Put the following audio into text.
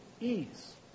ease